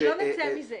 --- שלא נצא מזה.